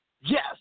Yes